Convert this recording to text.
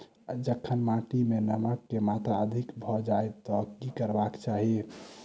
जखन माटि मे नमक कऽ मात्रा अधिक भऽ जाय तऽ की करबाक चाहि?